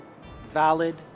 valid